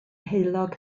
heulog